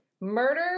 Murder